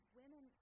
women